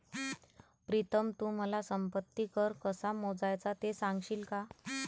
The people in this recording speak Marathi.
प्रीतम तू मला संपत्ती कर कसा मोजायचा ते सांगशील का?